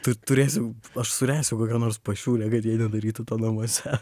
tu turėsim aš suręsiu kokią nors pašiūrę kad jie nedarytų to namuose